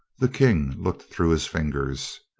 the king looked through his fingers.